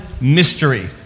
mystery